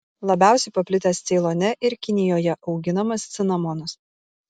labiausiai paplitęs ceilone ir kinijoje auginamas cinamonas